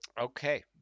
Okay